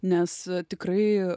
nes tikrai